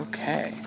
Okay